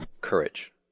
courage